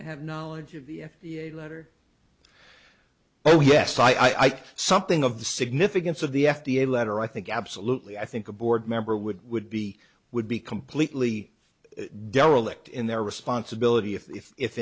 have knowledge of the f d a letter oh yes so i think something of the significance of the f d a letter i think absolutely i think a board member would would be would be completely derelict in their responsibility if if